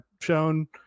shown